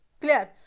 clear